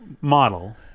model